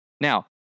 Now